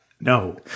No